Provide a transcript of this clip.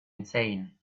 insane